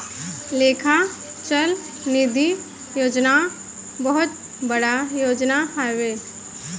लेखा चल निधी योजना बहुत बड़ योजना हवे